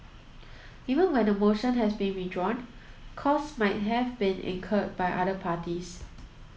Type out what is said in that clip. even when a motion had been withdrawn costs might have been incurred by other parties